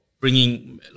bringing